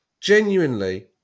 genuinely